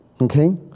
Okay